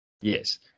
Yes